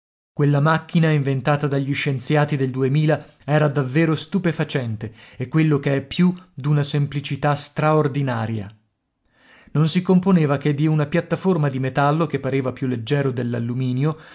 quella macchina inventata dagli scienziati del duemila era davvero stupefacente e quello che è più d'una semplicità straordinaria non si componeva che di una piattaforma di metallo che pareva più leggero